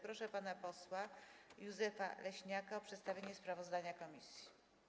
Proszę pana posła Józefa Leśniaka o przedstawienie sprawozdania komisji.